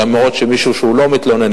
אפילו אם מישהו לא מתלונן,